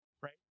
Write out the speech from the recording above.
Right